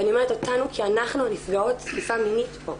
ואני אומרת אותנו כי אנחנו נפגעות תקיפה מינית פה.